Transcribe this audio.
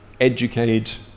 educate